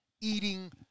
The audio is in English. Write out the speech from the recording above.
eating